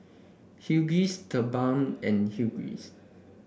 Huggies TheBalm and Huggies